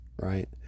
right